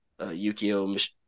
yukio